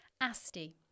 ASTI